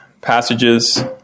passages